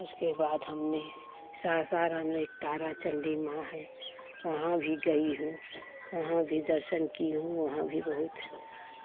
उसके बाद हमने सासाराम में एक तारा चंडी माँ है वहाँ भी गई हूँ वहाँ भी दर्शन की हूँ वहाँ भी बहुत